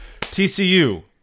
TCU